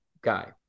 guy